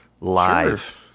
live